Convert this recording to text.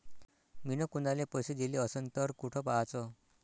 मिन कुनाले पैसे दिले असन तर कुठ पाहाचं?